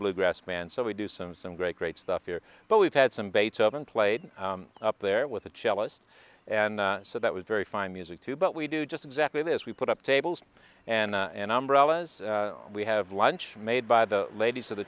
bluegrass band so we do some some great great stuff here but we've had some beethoven played up there with a cellist and so that was very fine music too but we do just exactly this we put up tables and and ombre was we have lunch made by the ladies of the